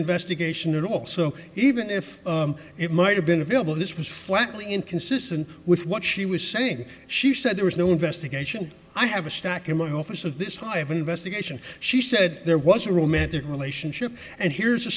investigation at all so even if it might have been available this was flatly inconsistent with what she was saying she said there was no investigation i have a stack in my office of this type of investigation she said there was a romantic relationship and here's a